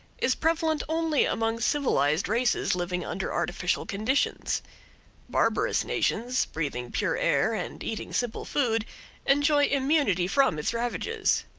is prevalent only among civilized races living under artificial conditions barbarous nations breathing pure air and eating simple food enjoy immunity from its ravages.